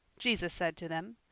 jesus said to them,